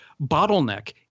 bottleneck